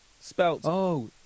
Spelt